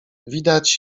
widać